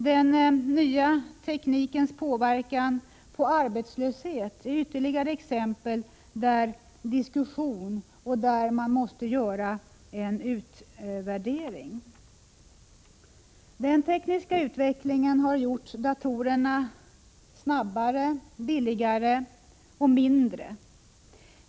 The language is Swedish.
Den nya teknikens påverkan på arbetslöshet är ytterligare exempel där diskussion och utvärdering behövs. Den tekniska utvecklingen har gjort datorerna snabbare, billigarg och mindre.